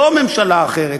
לא ממשלה אחרת,